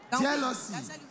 jealousy